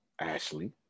Ashley